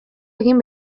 egin